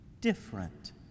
different